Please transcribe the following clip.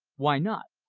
why not?